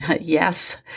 Yes